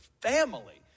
family